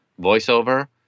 voiceover